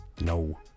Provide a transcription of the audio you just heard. No